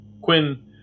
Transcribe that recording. Quinn